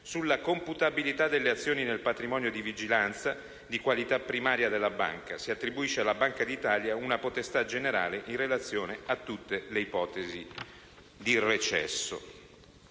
sulla computabilità delle azioni nel patrimonio di vigilanza di qualità primaria della banca. Si attribuisce alla Banca d'Italia una potestà generale in relazione a tutte le ipotesi di recesso.